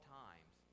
times